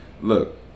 look